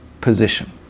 position